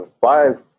five